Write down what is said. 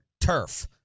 turf